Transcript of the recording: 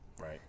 Right